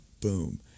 boom